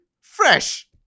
Fresh